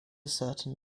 certain